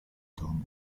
domu